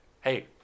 Hey